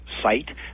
site